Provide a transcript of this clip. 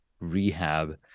rehab